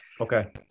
okay